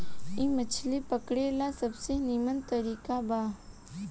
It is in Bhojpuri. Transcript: इ मछली पकड़े ला सबसे निमन तरीका बा